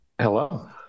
Hello